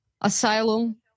asylum